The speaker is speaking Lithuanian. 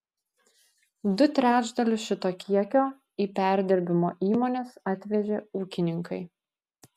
du trečdalius šito kiekio į perdirbimo įmones atvežė ūkininkai